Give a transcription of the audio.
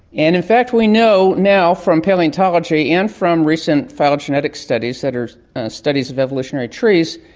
and in fact we know now from palaeontology and from recent phylogenetic studies, studies studies of evolutionary trees,